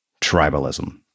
tribalism